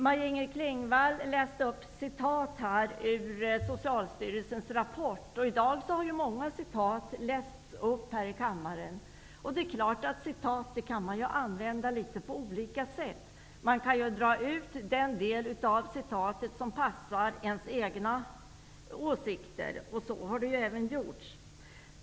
Maj-Inger Klingvall citerade ur Socialstyrelsens rapport. I dag har många citat lästs upp här i kammaren. Citat kan man naturligtvis använda på olika sätt. Man kan citera sådana delar som passar ens egna åsikter, och det har även gjorts.